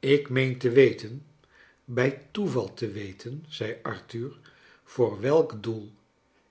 ik meen te weten bij toeval te weten zei arthur voor welk doel